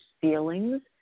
feelings